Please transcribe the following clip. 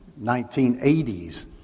1980s